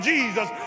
Jesus